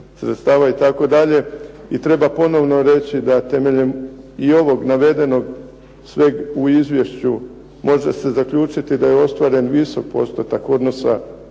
sredstava itd., i treba ponovno reći da temeljem ovog navedenog sveg u Izvješću može se zaključiti da je ostvaren visok postotak odnosa